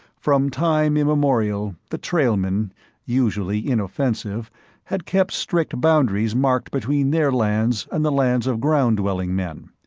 from time immemorial, the trailmen usually inoffensive had kept strict boundaries marked between their lands and the lands of ground-dwelling men.